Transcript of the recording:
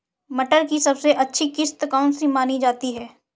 मटर की सबसे अच्छी किश्त कौन सी मानी जाती है?